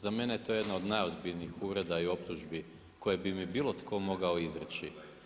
Za mene je to jedna od najozbiljnijih uvreda i optužbi koje bi mi bilo tko mogao izreći.